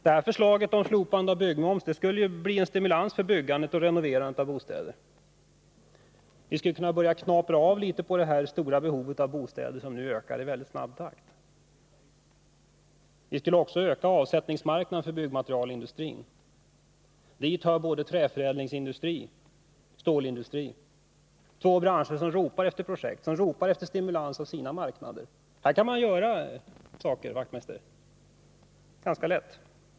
Vårt förslag om slopande av byggmoms skulle ju bli en stimulans för byggandet och renoverandet av bostäder. Vi skulle kunna börja knapra av litet på behovet av bostäder som nu ökar i väldigt snabb takt. Vi skulle också öka avsättningsmarknaden för byggmaterialindustrin. Dit hör både träförädlingsindustri och stålindustri, två branscher som ropar efter projekt, som ropar efter stimulans för sina marknader. Här kan man ganska lätt göra någonting, herr Wachtmeister.